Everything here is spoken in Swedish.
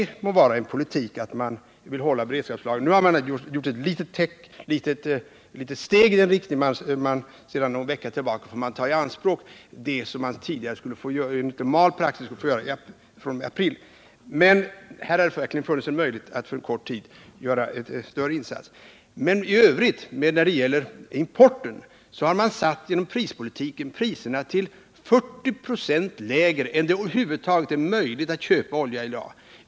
Det må vara en politik att man inte vill röra beredskapslagren — nu har man visserligen tagit ett litet steg i en sådan riktning i och med att man sedan någon vecka tillbaka får ta i anspråk det som enligt normal praxis inte skulle få tas i anspråk förrän i april, men här borde man ha utnyttjat möjligheten att på kort tid göra en större insats — men när det gäller importen har man tillämpat en sådan prispolitik att priserna satts 40 ”,» lägre än det över huvud taget är möjligt att köpa olja i dag.